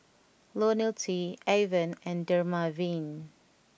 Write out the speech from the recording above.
Lonil T Avene and Dermaveen